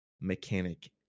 mechanic